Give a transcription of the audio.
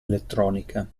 elettronica